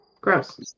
Gross